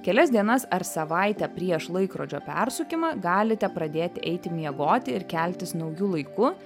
kelias dienas ar savaitę prieš laikrodžio persukimą galite pradėti eiti miegoti ir keltis nauju laiku